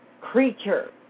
creature